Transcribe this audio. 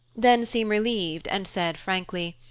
then seemed relieved, and said frankly,